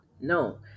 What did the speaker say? no